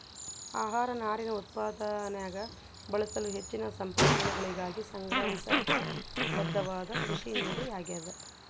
ಆಹಾರ ನಾರಿನ ಉತ್ಪಾದನ್ಯಾಗ ಬಳಸಲು ಹೆಚ್ಚಿನ ಸಂಪನ್ಮೂಲಗಳಿಗಾಗಿ ಸಂಗ್ರಹಿಸಾಕ ಬದ್ಧವಾದ ಕೃಷಿನೀರು ಆಗ್ಯಾದ